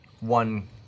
one